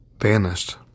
vanished